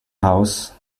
house